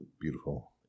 beautiful